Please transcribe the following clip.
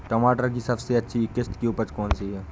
टमाटर की सबसे अच्छी किश्त की उपज कौन सी है?